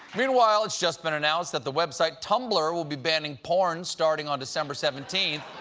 meanwhile, it's just been announced that the website tumblr will be banning porn starting on december seventeen.